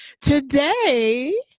Today